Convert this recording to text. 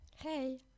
Hey